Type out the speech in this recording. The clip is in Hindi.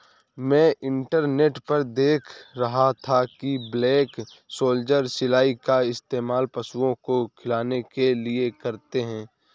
मैं इंटरनेट पर देख रहा था कि ब्लैक सोल्जर सिलाई का इस्तेमाल पशुओं को खिलाने के लिए करते हैं